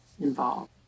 involved